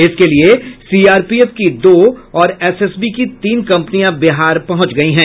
इसके लिये सीआरपीएफ की दो और एसएसबी की तीन कंपनियां बिहार पंहुच गई हैं